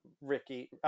ricky